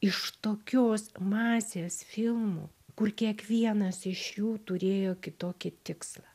iš tokios masės filmų kur kiekvienas iš jų turėjo kitokį tikslą